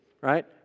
right